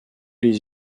les